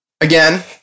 again